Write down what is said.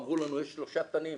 אמרו לנו, יש שלושה תנים.